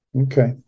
Okay